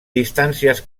distàncies